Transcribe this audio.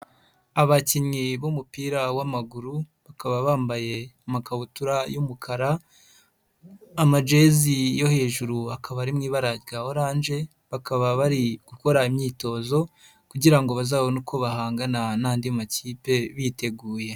Abakinnyi b'umupira w'amaguru, bakaba bambaye amakabutura y'umukara, amajezi yo hejuru akaba ari mu ibara rya orange, bakaba bari gukora imyitozo kugirango bazabone uko bahangana n'anandi makipe biteguye.